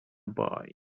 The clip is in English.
boy